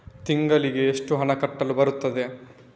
ತಿಂಗಳಿಗೆ ಎಷ್ಟು ಹಣ ಕಟ್ಟಲು ಬರುತ್ತದೆ?